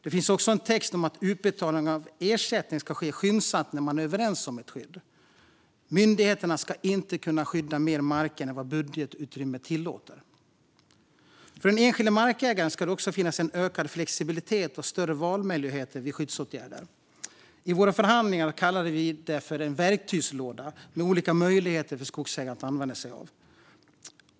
Det finns också en text om att utbetalning av ersättning ska ske skyndsamt när man kommer överens om skydd. Myndigheter ska inte kunna skydda mer marker än vad budgetutrymmet tillåter. För den enskilde markägaren ska det också finnas en ökad flexibilitet och större valmöjligheter vid skyddsåtgärder. I våra förhandlingar kallade vi det för en verktygslåda med olika möjligheter för skogsägaren att använda sig av.